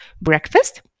breakfast